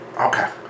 Okay